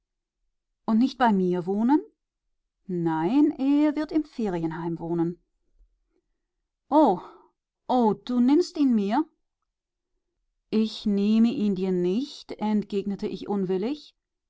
und nicht bei mir wohnen nein er wird im ferienheim wohnen o o du nimmst ihn mir ich nehme ihn dir nicht entgegnete ich